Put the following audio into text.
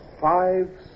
five